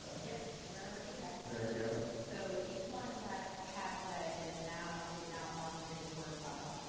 yep. so they're already there. there we go. so each one that pat read has now. is now on this word file.